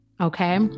Okay